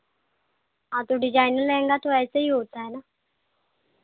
हाँ तो डिजाइनर लहंगा तो ऐसे ही होता है ना